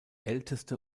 älteste